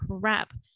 crap